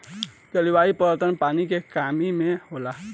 जलवायु परिवर्तन, पानी के कमी से होखेला